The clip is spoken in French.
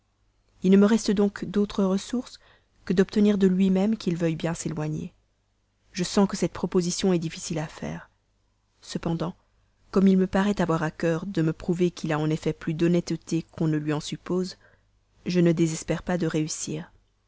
il ne me reste donc d'autre ressource que d'obtenir de lui-même qu'il veuille bien s'éloigner je sens que cette proposition est difficile à faire cependant comme il paraît avoir à cœur de me prouver qu'il a en effet plus d'honnêteté qu'on ne lui en suppose je ne désespère pas de réussir